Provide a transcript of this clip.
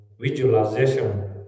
visualization